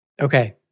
okay